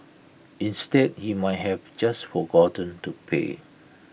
instead he might have just forgotten to pay